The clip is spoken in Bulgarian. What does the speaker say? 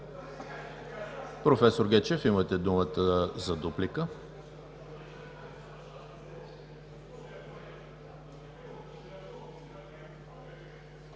Професор Гечев, имате думата за дуплика.